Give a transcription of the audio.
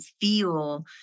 feel